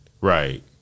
Right